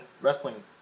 wrestling